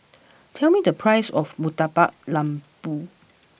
tell me the price of Murtabak Lembu